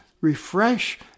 refresh